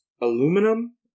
aluminum